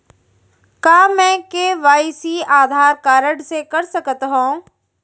का मैं KYC Aadhaar card से कर सकत हो?